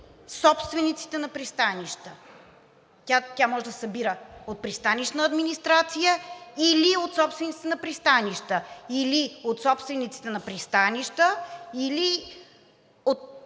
собствениците на пристанища – тя може да се събира от „Пристанищна администрация“ или от собствениците на пристанища, или от операторите на пристанища, които